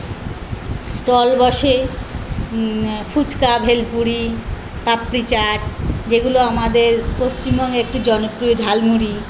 stall বসে ফুচকা ভেলপুরি পাপড়ি চাট যেগুলো আমাদের পশ্চিমবঙ্গে একটি জনপ্রিয় ঝালমুড়ি